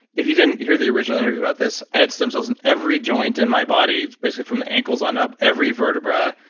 if you didn't hear the original interview about this, i had stem cells in every joint in my body basically from the ankles on up, every vertebra,